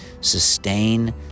sustain